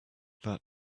that